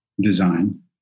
design